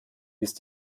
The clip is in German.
ist